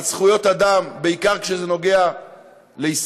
על זכויות אדם, בעיקר כשזה נוגע בישראל,